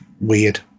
weird